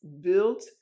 built